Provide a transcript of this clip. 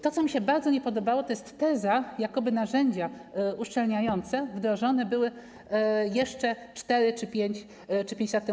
To, co mi się bardzo nie podobało, to jest teza, jakoby narzędzia uszczelniające wdrożone były jeszcze 4 czy 5 lat temu.